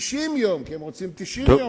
90 יום, כי הם רוצים 90 יום.